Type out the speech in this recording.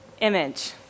image